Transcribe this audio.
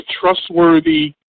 trustworthy